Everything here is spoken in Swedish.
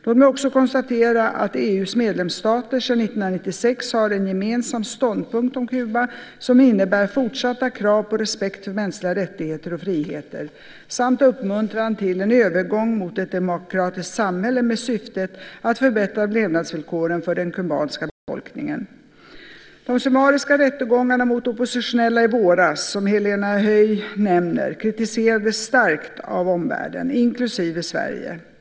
Låt mig också konstatera att EU:s medlemsstater sedan 1996 har en gemensam ståndpunkt om Kuba som innebär fortsatta krav på respekt för mänskliga rättigheter och friheter, samt uppmuntran till en övergång mot ett demokratiskt samhälle med syftet att förbättra levnadsvillkoren för den kubanska befolkningen. De summariska rättegångarna mot oppositionella i våras, som Helena Höij nämner, kritiserades starkt av omvärlden, inklusive Sverige.